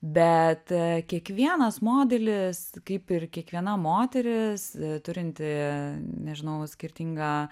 bet kiekvienas modelis kaip ir kiekviena moteris turinti nežinau skirtingą